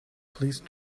please